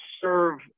serve